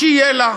שיהיה לה.